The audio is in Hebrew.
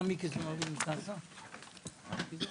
ננעלה בשעה 14:30.